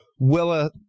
willa